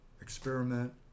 experiment